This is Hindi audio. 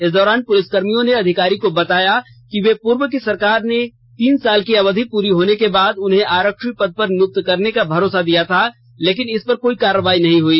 इस दौरान पुलिसकर्मियों ने अधिकारी को बताया कि पूर्व की सरकार ने तीन साल की अवधि पूरी होने के बाद उन्हें आरक्षी पद पर नियुक्त करने का भरोसा दिया था लेकिन इस पर कोई कार्रवाई नहीं हुई